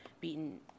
beaten